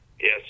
Yes